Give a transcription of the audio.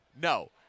no